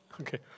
Okay